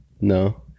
no